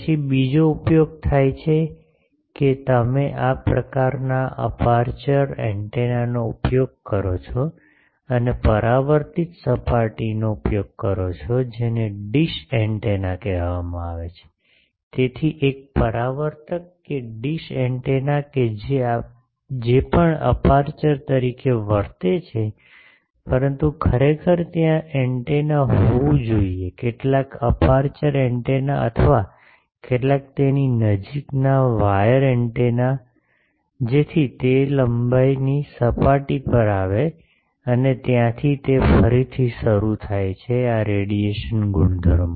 પછી બીજો ઉપયોગ થાય છે કે તમે આ પ્રકારના અપેરચ્યોર એન્ટેનાનો ઉપયોગ કરો છો અને પરાવર્તિત સપાટીનો ઉપયોગ કરો છો જેને ડીશ એન્ટેના કહેવામાં આવે છે તેથી એક પરાવર્તક કે ડીશ એન્ટેના કે જે પણ અપેરચ્યોર તરીકે વર્તે છે પરંતુ ખરેખર ત્યાં એન્ટેના હોવું જોઈએ કેટલાક અપેરચ્યોર એન્ટેના અથવા કેટલાક તેની નજીકના વાયર એન્ટેના જેથી તે તે લંબાઈની સપાટી પર આવે અને ત્યાંથી તે ફરીથી શરૂ થાય છે આ રેડિયેશન ગુણધર્મો